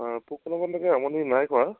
অ পোক লগাটোৱে তেনেকে আমনি নাই কৰা